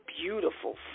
beautiful